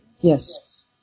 Yes